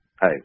hey